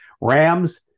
Rams